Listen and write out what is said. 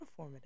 performative